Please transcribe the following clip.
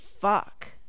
Fuck